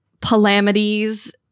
Palamides